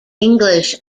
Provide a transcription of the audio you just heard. english